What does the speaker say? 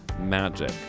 Magic